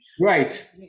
Right